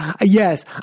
Yes